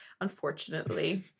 unfortunately